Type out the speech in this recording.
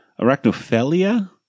Arachnophilia